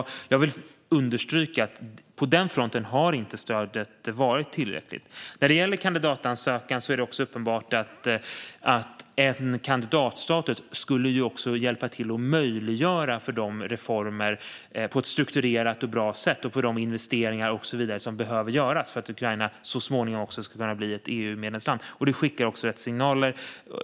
Jag vill understryka att på den fronten har stödet inte varit tillräckligt. När det gäller kandidatansökan är det uppenbart att en kandidatstatus också skulle hjälpa till att på ett strukturerat och bra sätt möjliggöra de reformer, investeringar och så vidare som behöver göras för att Ukraina så småningom ska kunna bli ett EU-medlemsland. Det skickar signaler.